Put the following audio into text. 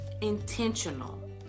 intentional